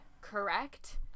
correct